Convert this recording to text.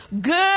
good